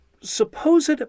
supposed